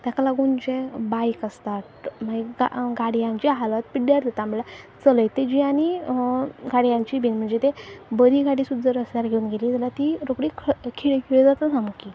ताका लागून जे बायक आसतात मागीर गाडयांची हालत पिड्ड्यार जाता म्हणल्यार चलयत जी आनी गाडयांची बी म्हणजे ते बरी गाडी सुद्दां जर आसल्यार घेवन गेली जाल्यार ती रोखडी खिळखिळी जाता सामकी